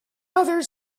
other